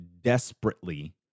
desperately